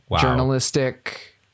journalistic